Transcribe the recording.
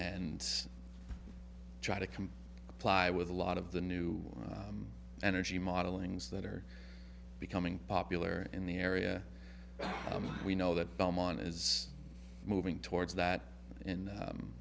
and try to come apply with a lot of the new energy modeling is that are becoming popular in the area we know that belmont is moving towards that in